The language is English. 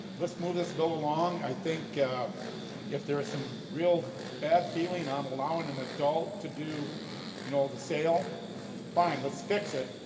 let's move this bill along i think if there is some real bad feeling i'm allowing an adult to do you know the sale fine let's fix it,